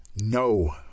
No